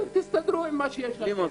תסתדרו עם מה שיש לכם.